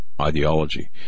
ideology